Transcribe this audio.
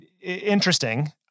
interesting